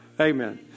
Amen